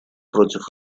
против